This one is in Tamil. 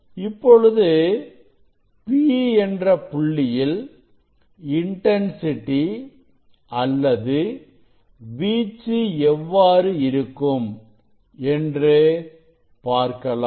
இப்பொழுது P என்ற புள்ளியில் இன்டன்சிட்டி அல்லது வீச்சு எவ்வாறு இருக்கும் என்று பார்க்கலாம்